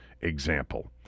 example